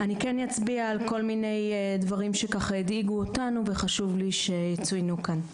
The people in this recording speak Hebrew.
אני כן אצביע על כל מיני דברים שהדאיגו אותנו וחשוב לי שיצוינו כאן.